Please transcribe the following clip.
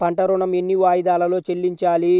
పంట ఋణం ఎన్ని వాయిదాలలో చెల్లించాలి?